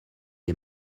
les